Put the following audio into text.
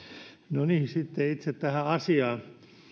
no niin sitten itse tähän asiaan